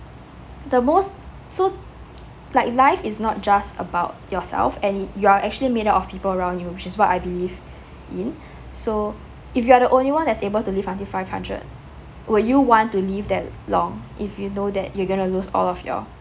the most so like life is not just about yourself and it you're actually made up of people around you which is what I believe in so if you're the only one that's able live until five hundred will you want to live that long if you know that you going to lose all of your